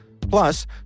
Plus